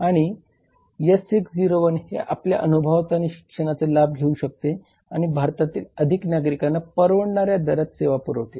आणि S6 O1 हे आपल्या अनुभवाचा आणि शिक्षणाचा लाभ घेऊ शकते आणि भारतातील अधिक नागरिकांना परवडणाऱ्या दरात सेवा पुरवते